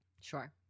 Sure